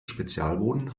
spezialboden